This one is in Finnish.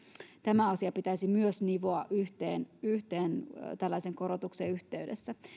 tämä asia pitäisi myös nivoa yhteen yhteen tällaisen korotuksen yhteydessä